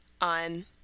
on